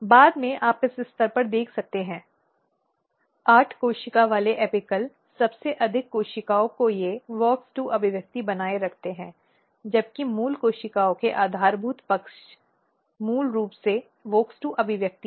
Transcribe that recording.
बाद में आप इस स्तर पर देख सकते हैं 8 कोशिका वाले एपिकल सबसे अधिक कोशिकाओं को वे WOX2 अभिव्यक्ति बनाए रखते हैं जबकि मूल कोशिकाओं के आधारभूत पक्ष वे मूल रूप से WOX 2 अभिव्यक्ति हैं